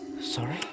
sorry